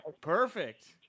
perfect